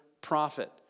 prophet